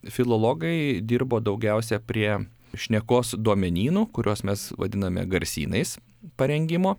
filologai dirbo daugiausiai prie šnekos duomenynų kuriuos mes vadiname garsynais parengimo